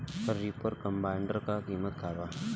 Reaper combiner का किमत बा?